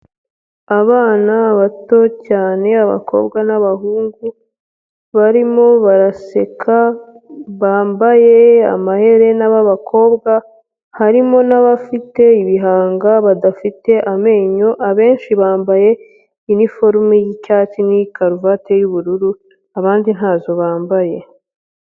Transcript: Abana bato cyane, abakobwa n'abahungu, barimo baraseka, bambaye amaherena b'abakobwa, harimo n'abafite ibihanga badafite amenyo, abenshi bambaye iniforume y'icyatsi na karuvati y'ubururu, abandi ntazo bambaye.